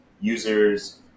users